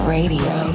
Radio